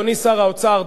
אדוני שר האוצר,